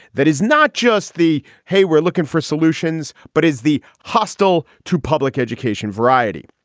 that is not just the hey, we're looking for solutions but as the hostile to public education variety.